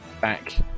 back